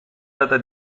data